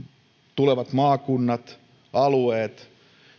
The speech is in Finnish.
tulevat maakunnat alueet